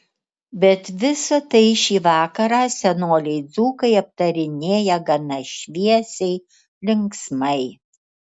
bet visa tai šį vakarą senoliai dzūkai aptarinėja gana šviesiai linksmai